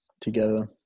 together